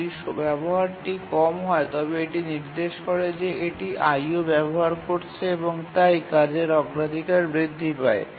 যদি ব্যবহারটি কম হয় তবে এটি নির্দেশ করে যে এটি IO করছে এবং তাই কাজের অগ্রাধিকার বৃদ্ধি পায়